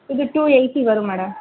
இது two eighty வரும் madam